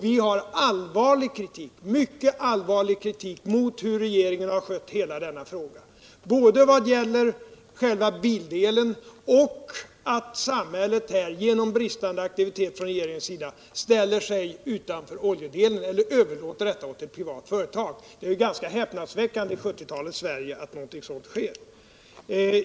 Vi har mycket allvarlig kritik att anföra mot hur regeringen har skött hela denna fråga, både vad gäller själva biltillverkningen Energiforskning, och att samhället på grund av bristande aktivitet från regeringens sida överlåter oljedelen åt ett privat företag. Det är ganska häpnadsväckande i 1970-talets Sverige att någonting sådant sker.